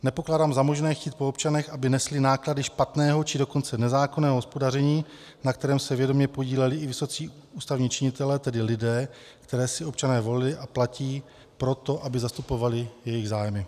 Nepokládám za možné chtít po občanech, aby nesli náklady špatného, či dokonce nezákonného hospodaření, na kterém se vědomě podíleli i vysocí ústavní činitelé, tedy lidé, které si občané zvolili a platí proto, aby zastupovali jejich zájmy.